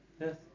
Yes